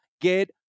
get